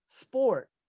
sport